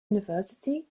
university